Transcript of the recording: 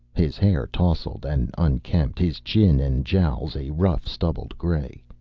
his hair tousled and unkempt, his chin and jowls a rough stubbled gray.